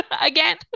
again